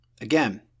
Again